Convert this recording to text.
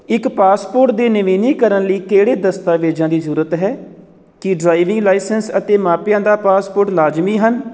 ਇੱਕ ਪਾਸਪੋਰਟ ਦੇ ਨਵੀਨੀਕਰਨ ਲਈ ਕਿਹੜੇ ਦਸਤਾਵੇਜ਼ਾਂ ਦੀ ਜ਼ਰੂਰਤ ਹੈ ਕੀ ਡਰਾਈਵਿੰਗ ਲਾਇਸੈਂਸ ਅਤੇ ਮਾਪਿਆਂ ਦਾ ਪਾਸਪੋਰਟ ਲਾਜ਼ਮੀ ਹਨ